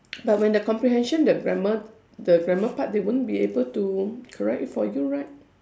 but when the comprehension the grammar the grammar part they won't be able to correct it for you right